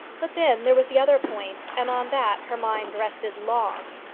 but then there was the other point, and on that her mind rested long.